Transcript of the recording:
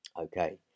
Okay